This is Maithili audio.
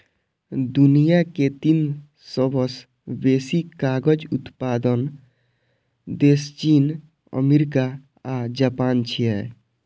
दुनिया के तीन सबसं बेसी कागज उत्पादक देश चीन, अमेरिका आ जापान छियै